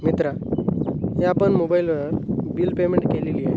मित्रा हे आपण मोबाइलवर बिल पेमेंट केलेली आहे